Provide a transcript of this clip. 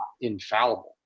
infallible